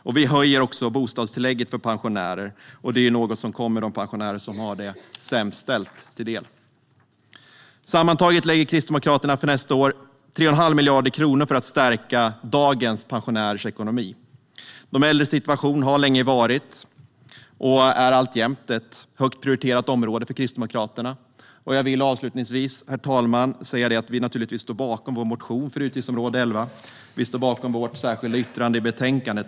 Vidare höjer vi bostadstillägget för pensionärer, och det är något som kommer de pensionärer som har det sämst ställt till del. Sammantaget lägger Kristdemokraterna för nästa år 3,5 miljarder kronor på att stärka pensionärernas ekonomi. De äldres situation har länge varit och är alltjämt ett högt prioriterat område för Kristdemokraterna. Herr talman! Jag står givetvis bakom vår motion för utgiftsområde 11 och vårt särskilda yttrande i betänkandet.